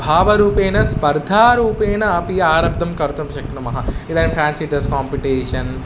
भावरूपेण स्पर्धा रूपेण अपि आरम्भं कर्तुं शक्नुमः इदानीं फ़्यान्सि ड्रेस् कोम्पिटेशन्